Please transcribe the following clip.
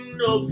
no